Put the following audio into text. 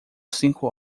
cinco